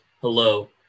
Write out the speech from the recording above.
hello